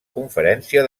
conferència